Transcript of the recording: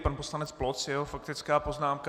Pan poslanec Ploc a jeho faktická poznámka.